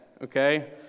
okay